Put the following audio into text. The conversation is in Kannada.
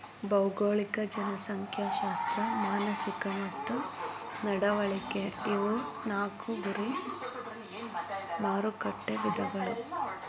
ಭೌಗೋಳಿಕ ಜನಸಂಖ್ಯಾಶಾಸ್ತ್ರ ಮಾನಸಿಕ ಮತ್ತ ನಡವಳಿಕೆ ಇವು ನಾಕು ಗುರಿ ಮಾರಕಟ್ಟೆ ವಿಧಗಳ